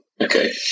okay